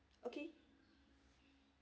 okay